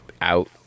out